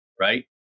right